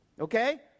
Okay